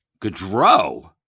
Gaudreau